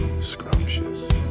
scrumptious